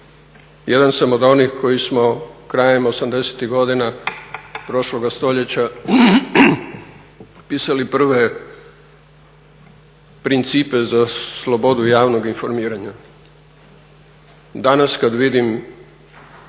Jedan sam od onih koji smo krajem osamdesetih godina prošloga stoljeća potpisali prve principe za slobodu javnog informiranja. Danas kad vidim